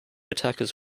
attackers